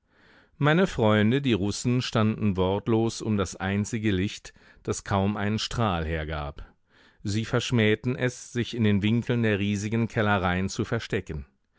meine freunde die russen standen wortlos um das einzige licht das kaum einen strahl hergab sie verschmähten es sich in den winkeln der riesigen kellereien zu verstecken